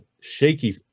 shaky